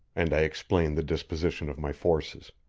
and i explained the disposition of my forces.